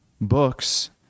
books